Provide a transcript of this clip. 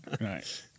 right